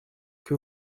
que